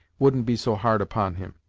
wouldn't be so hard upon him.